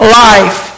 life